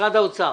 משרד האוצר.